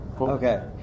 Okay